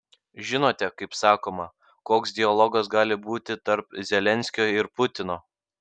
žinote kaip sakoma koks dialogas gali būti tarp zelenskio ir putino